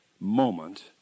moment